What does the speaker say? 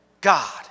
God